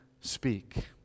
speak